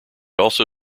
also